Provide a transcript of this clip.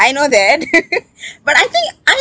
I know that but I think I